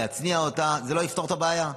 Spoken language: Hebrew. להצניע אותה,